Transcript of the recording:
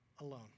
alone